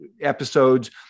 episodes